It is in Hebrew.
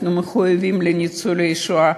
אנחנו מחויבים לניצולי השואה,